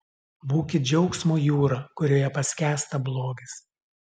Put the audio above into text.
būkit džiaugsmo jūra kurioje paskęsta blogis